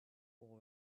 all